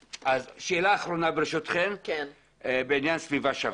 שאלה אחרונה בעניין סביבה שווה.